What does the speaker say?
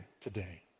today